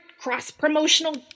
cross-promotional